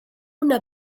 una